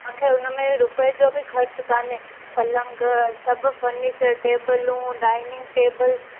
तव्हांखे हुन में रुपये जो बि ख़र्चु कान्हे पलंग सभु फर्नीचर टेबलूं डाइनिंग टेबल